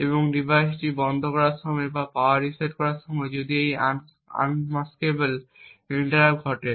এবং ডিভাইসটি বন্ধ করার সময় বা পাওয়ার রিসেট করার সময় যদি একটি আনমাস্কেবল ইন্টারাপ্ট ঘটে